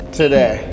today